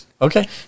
Okay